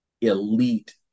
elite